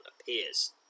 appears